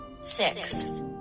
six